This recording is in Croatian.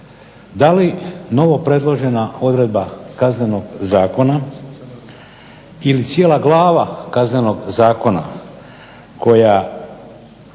Da li novopredložena odredba Kaznenog zakona ili cijela glava Kaznenog zakona, koja